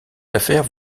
affaires